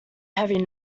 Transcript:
heavy